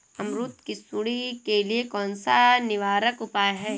अमरूद की सुंडी के लिए कौन सा निवारक उपाय है?